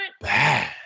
bad